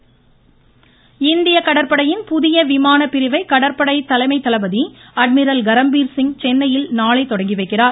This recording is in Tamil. கரம்பீர்சிங் இந்திய கடற்படையின் புதிய விமான பிரிவை கடற்படை தலைமை தளபதி அட்மிரல் கரம்பீர்சிங் சென்னையில் நாளை தொடங்கி வைக்கிறார்